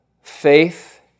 faith